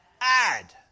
add